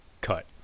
cut